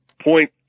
point